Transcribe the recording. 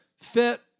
fit